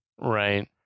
Right